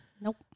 Nope